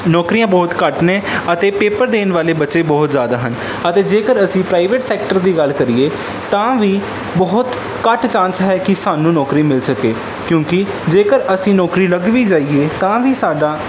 ਨੌਕਰੀਆਂ ਬਹੁਤ ਘੱਟ ਨੇ ਅਤੇ ਪੇਪਰ ਦੇਣ ਵਾਲੇ ਬੱਚੇ ਬਹੁਤ ਜ਼ਿਆਦਾ ਹਨ ਅਤੇ ਜੇਕਰ ਅਸੀਂ ਪ੍ਰਾਈਵੇਟ ਸੈਕਟਰ ਦੀ ਗੱਲ ਕਰੀਏ ਤਾਂ ਵੀ ਬਹੁਤ ਘੱਟ ਚਾਂਸ ਹੈ ਕਿ ਸਾਨੂੰ ਨੌਕਰੀ ਮਿਲ ਸਕੇ ਕਿਉਂਕਿ ਜੇਕਰ ਅਸੀਂ ਨੌਕਰੀ ਲੱਗ ਵੀ ਜਾਈਏ ਤਾਂ ਵੀ ਸਾਡਾ